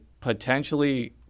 potentially